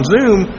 Zoom